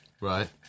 Right